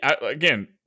again